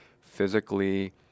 physically